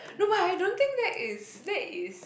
no but I don't think that is that is